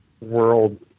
World